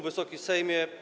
Wysoki Sejmie!